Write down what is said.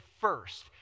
first